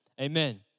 amen